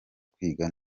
kwiga